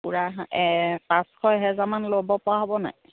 পূৰা এ পাঁচশ এহেজাৰমান ল'ব পৰা হ'ব নাই